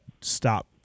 stop